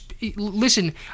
listen